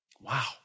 Wow